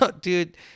dude